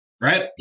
Right